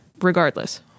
regardless